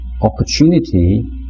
opportunity